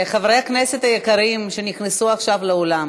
חברי הכנסת היקרים שנכנסו עכשיו לאולם,